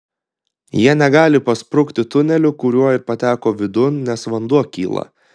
jie negali pasprukti tuneliu kuriuo ir pateko vidun nes vanduo kyla